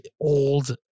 old